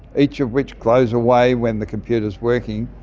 each of which glows away when the computer is working,